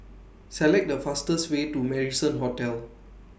Select The fastest Way to Marrison Hotel